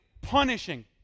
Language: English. punishing